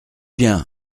bien